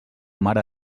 mare